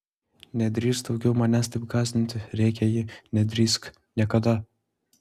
nedrįsk daugiau manęs taip gąsdinti rėkė ji nedrįsk niekada